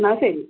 എന്നാൽ ശരി